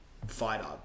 fighter